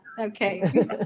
okay